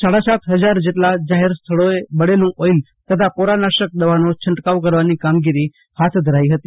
સાડા સાત હજાર જેટલા જાહેર સ્થળોએ બળેલું ઓઈલ તથા પોરાનાશક દવાનો છંટકાવ કરવાની કામગીરી હાથ ધરાઈ હતી